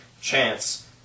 chance